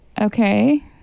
Okay